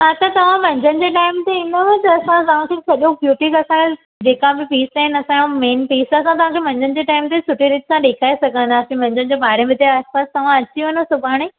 हा त तव्हां मंझंदि जे टाइम ते ईंदव न त असां तव्हांखे सॼो ब्यूटीक असांजे जेका बि पीस आहिनि असांजो मेन पीस आहे त असां तव्हांखे मंझंनि जे टाइम ते सुठे रेट सां ॾेखारे सघंदासे मंझंदि जो ॿारहें बजे जे आसि पासि तव्हां अची वञो सुभाणे